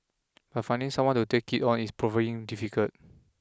but finding someone to take it on is proving difficult